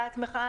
אתה עצמך,